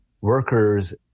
workers